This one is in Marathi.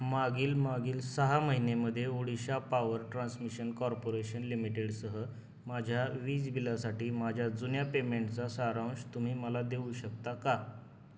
मागील मागील सहा महिन्यामध्ये ओडिशा पॉवर ट्रान्समिशन कॉर्पोरेशन लिमिटेडसह माझ्या वीज बिलासाठी माझ्या जुन्या पेमेंटचा सारांश तुम्ही मला देऊ शकता का